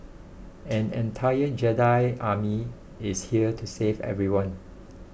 an entire Jedi Army is here to save everyone